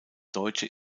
deutsche